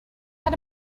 had